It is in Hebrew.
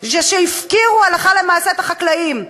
זה שהפקירו, הלכה למעשה, את החקלאים.